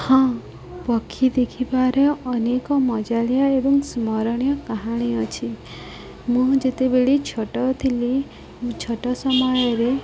ହଁ ପକ୍ଷୀ ଦେଖିବାର ଅନେକ ମଜାଳିଆ ଏବଂ ସ୍ମରଣୀୟ କାହାଣୀ ଅଛି ମୁଁ ଯେତେବେଳେ ଛୋଟ ଥିଲି ଛୋଟ ସମୟରେ